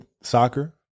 soccer